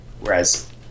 whereas